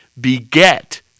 beget